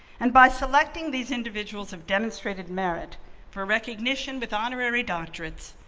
and by selecting these individuals have demonstrated merit for recognition with honorary doctorates,